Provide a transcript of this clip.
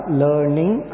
learning